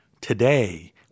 Today